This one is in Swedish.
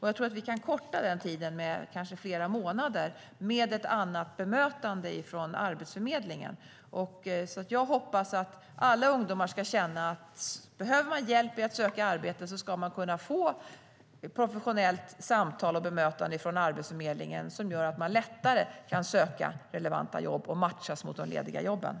Jag tror att vi kan korta den tiden med kanske flera månader med ett annat bemötande från Arbetsförmedlingen.Jag hoppas att alla ungdomar ska känna att de, om de behöver hjälp att söka arbete, ska kunna få ett professionellt samtal och bemötande från Arbetsförmedlingen som leder till att de lättare kan söka relevanta jobb och matchas mot de lediga jobben.